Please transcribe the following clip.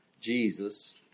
Jesus